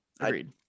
Agreed